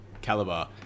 caliber